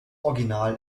original